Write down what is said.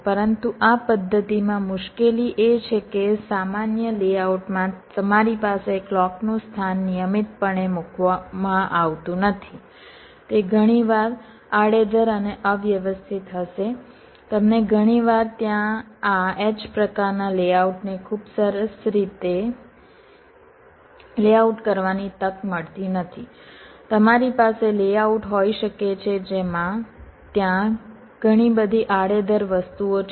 પરંતુ આ પદ્ધતિમાં મુશ્કેલી એ છે કે સામાન્ય લેઆઉટમાં તમારી પાસે ક્લૉકનું સ્થાન નિયમિતપણે મૂકવામાં આવતું નથી તે ઘણીવાર આડેધડ અને અવ્યવસ્થિત હશે તમને ઘણીવાર ત્યાં આ h પ્રકારના લેઆઉટને ખૂબ સરસ રીતે લેઆઉટ કરવાની તક મળતી નથી તમારી પાસે લેઆઉટ હોય શકે છે જેમાં ત્યાં ઘણી બધી આડેધડ વસ્તુઓ છે